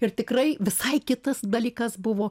ir tikrai visai kitas dalykas buvo